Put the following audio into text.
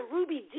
Ruby